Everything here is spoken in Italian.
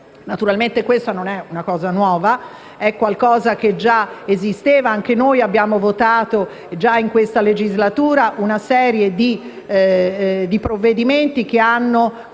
*tax credit*, che non è una cosa nuova, perché qualcosa già esisteva. Anche noi abbiamo votato già in questa legislatura una serie di provvedimenti che hanno